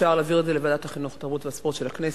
אפשר להעביר את זה לוועדת החינוך והתרבות של הכנסת,